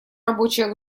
рабочая